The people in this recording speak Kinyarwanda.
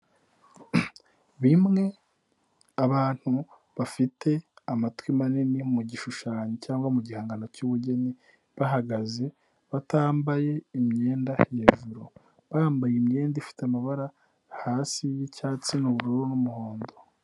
Bimwe abantu bafite amatwi manini mu gishushanyo cyangwa mu gihangano cyubugeni, bahagaze, batambaye imyenda hejuru, bambaye imyenda ifite amabara hasi y'icyatsi n'ubururu n'umuhondo.